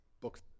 books